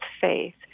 faith